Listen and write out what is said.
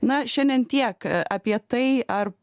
na šiandien tiek apie tai ar